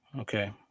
okay